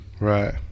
Right